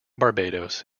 barbados